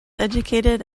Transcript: educated